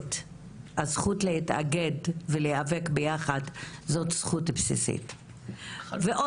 הזכות להתאגד ולהיאבק ביחד זו זכות בסיסית ויש